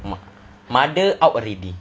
mo~ mother out already